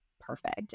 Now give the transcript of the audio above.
perfect